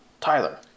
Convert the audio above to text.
Tyler